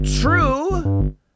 true